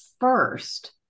first